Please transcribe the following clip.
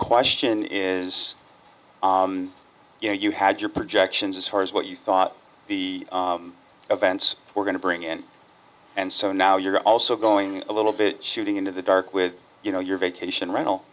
question is you know you had your projections as far as what you thought the events were going to bring in and so now you're also going a little bit shooting into the dark with you know your vacation